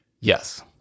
Yes